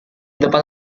depan